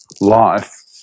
life